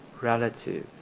relative